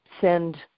send